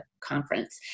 conference